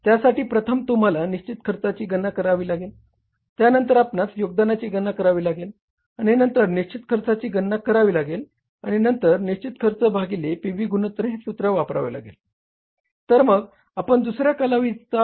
त्यासाठी प्रथम तुम्हाला निश्चित खर्चाची गणना करावी लागेल त्यानंतर आपणास योगदानाची गणना करावी लागेल आणि नंतर निश्चित खर्चाची गणना करावी लागेल आणि नंतर निश्चित खर्च भागिले पी व्ही गुणोत्तर हे सूत्र वापरावे लागेल तर मग आपण दुसऱ्या कालावधीचा B